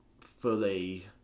fully